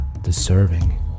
deserving